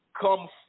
Come